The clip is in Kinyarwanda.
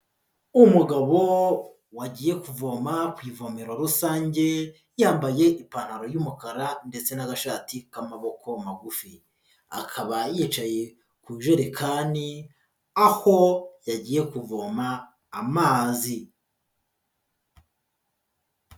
Umugabo wagiye kuvoma ku ivomero rusange, yambaye ipantaro y'umukara ndetse n'agashati k'amaboko magufi, akaba yicaye ku ijerekani aho yagiye kuvoma amazi.